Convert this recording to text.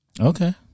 Okay